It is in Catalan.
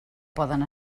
poden